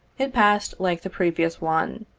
it passed like the previous one,